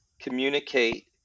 communicate